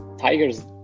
Tiger's